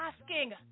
asking